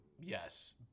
yes